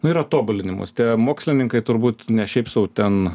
nu yra tobulinimos tie mokslininkai turbūt ne šiaip sau ten